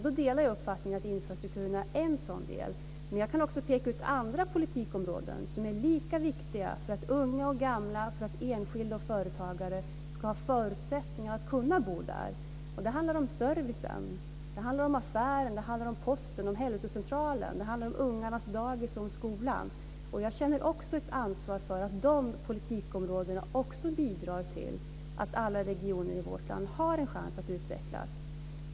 Då delar jag uppfattningen att infrastrukturen är en sådan del, men jag kan också peka ut andra politikområden som är lika viktiga för att unga och gamla, enskilda och företagare ska ha förutsättningar att bo där. Det handlar om servicen. Det handlar om affären, posten, hälsocentralen, ungarnas dagis och skolan. Jag känner ett ansvar för att de politikområdena också ska bidra till att alla regioner i vårt land ska ha en chans att utvecklas.